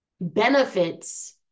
benefits